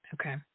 Okay